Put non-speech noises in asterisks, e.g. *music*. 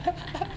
*laughs*